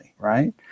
Right